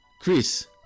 Chris